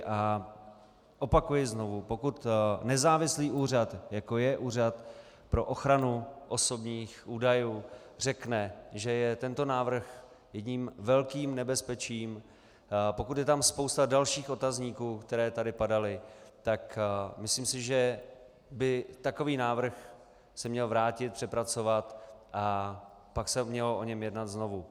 A opakuji znovu, pokud nezávislý úřad, jako je Úřad pro ochranu osobních údajů, řekne, že je tento návrh jedním velkým nebezpečím, pokud je tam spousta dalších otazníků, které tady padaly, tak myslím si, že by takový návrh se měl vrátit, přepracovat a pak se mělo o něm jednat znovu.